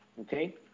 Okay